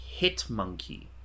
Hitmonkey